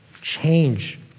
change